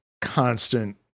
constant